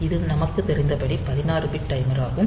இது நமக்குத் தெரிந்தபடி 16 பிட் டைமராகும்